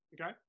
Okay